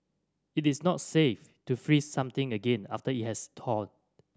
it is not safe to freeze something again after it has thawed